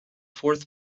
fourth